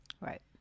Right